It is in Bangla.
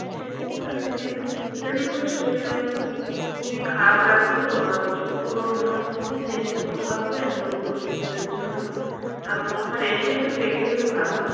সে ঠিক আছে কিন্তু ইদানিং তো শরীরটা খুবই খারাপ লাগছে তো আর ওষুধগুলোও মনে হচ্ছে একটু চেঞ্জ করতে হবে নতুন ওষুধের জন্য আপনি একবার এসে একটু দেখে গেলে ভালো হতো